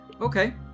Okay